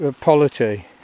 polity